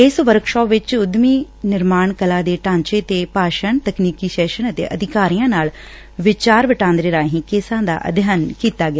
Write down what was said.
ਇਸ ਵਰਕਸ਼ਾਪ ਵਿੱਚ ਉਦਮੀ ਨਿਰਮਾਣ ਕਲਾ ਦੇ ਢਾਂਚੇ ਤੇ ਭਾਸ਼ਨ ਤਕਨੀਕੀ ਸੈਸ਼ਨ ਅਤੇ ਅਧਿਕਾਰੀਆਂ ਨਾਲ ਵਿਚਾਰ ਵਟਾਂਦਰੇ ਰਾਹੀ ਕੇਸਾਂ ਦਾ ਅਧਿਐਨ ਕੀਤਾ ਗਿਆ